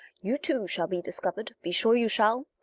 you too shall be discovered be sure you shall.